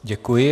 Děkuji.